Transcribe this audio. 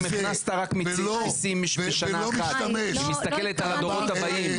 אם הכנסת רק --- היא מסתכלת על הדורות הבאים.